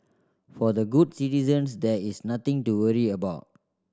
for the good citizens there is nothing to worry about